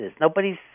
Nobody's